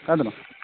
ꯀꯥꯏꯗꯅꯣ